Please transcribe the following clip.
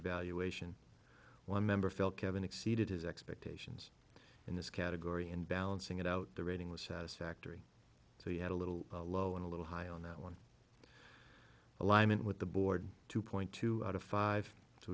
evaluation one member felt kevin exceeded his expectation in this category in balancing it out the rating was satisfactory so you had a little low and a little high on that one alignment with the board two point two out of five